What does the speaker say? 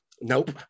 Nope